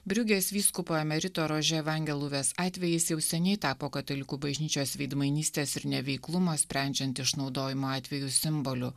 briugės vyskupo emerito rože vangeluves atvejis jau seniai tapo katalikų bažnyčios veidmainystės ir neveiklumo sprendžiant išnaudojimo atvejus simboliu